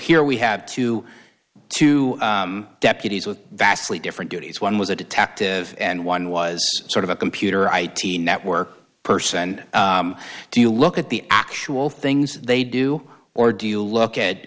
here we have twenty two deputies with vastly different duties one was a detective and one was sort of a computer id network person do you look at the actual things they do or do you look at